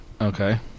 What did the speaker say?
Okay